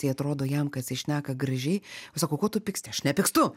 tai atrodo jam kad jisai šneka gražiai sako ko tu pyksti aš nepykstu